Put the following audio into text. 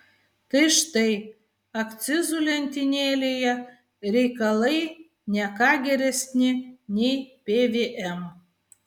tai štai akcizų lentynėlėje reikalai ne ką geresni nei pvm